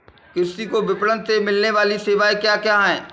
कृषि को विपणन से मिलने वाली सेवाएँ क्या क्या है